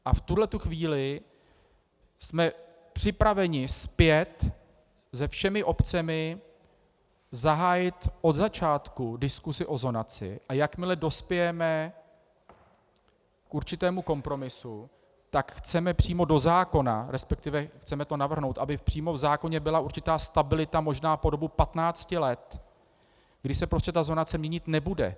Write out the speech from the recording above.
V tuto chvíli jsme připraveni zpět se všemi obcemi zahájit od začátku diskusi o zonaci, a jakmile dospějeme k určitému kompromisu, tak chceme přímo do zákona, respektive chceme to navrhnout, aby přímo v zákoně byla určitá stabilita možná po dobu patnácti let, kdy se prostě ta zonace měnit nebude.